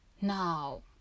Now